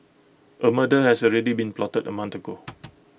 A murder has already been plotted A month ago